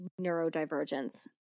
neurodivergence